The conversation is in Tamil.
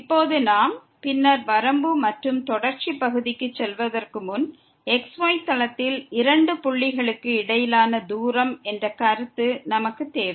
இப்போது நாம் வரம்பு மற்றும் தொடர்ச்சி பகுதிக்கு செல்வதற்கு முன் xy தளத்தில் இரண்டு புள்ளிகளுக்கு இடையிலான தூரம் என்ற கருத்து நமக்குத் தேவை